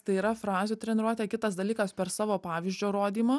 tai yra frazių treniruotė kitas dalykas per savo pavyzdžio rodymą